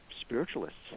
spiritualists